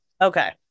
Okay